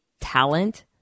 talent